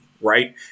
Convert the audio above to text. right